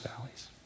valleys